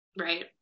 Right